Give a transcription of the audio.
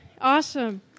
awesome